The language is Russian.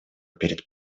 перед